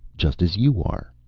just as you are.